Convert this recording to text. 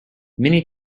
many